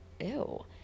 ew